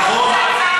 נכון,